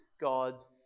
God's